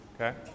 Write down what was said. Okay